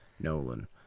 Nolan